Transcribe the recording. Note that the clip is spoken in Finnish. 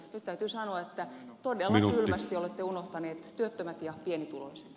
nyt täytyy sanoa että todella kylmästi olette unohtaneet työttömät ja pienituloiset